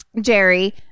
jerry